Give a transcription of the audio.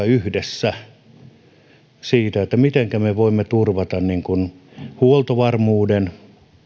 yhdessä tämän huolen siitä miten me voimme turvata huoltovarmuuden